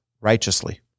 righteously